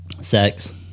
sex